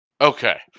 Okay